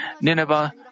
Nineveh